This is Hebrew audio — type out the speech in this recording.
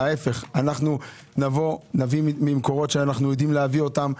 להפך, נביא ממקורות שאנו יודעים להביא אותם.